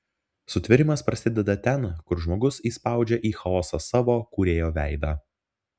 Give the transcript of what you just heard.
sutvėrimas prasideda ten kur žmogus įspaudžia į chaosą savo kūrėjo veidą